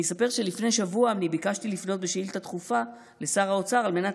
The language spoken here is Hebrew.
אני אספר שלפני שבוע אני ביקשתי לפנות בשאילתה דחופה לשר האוצר על מנת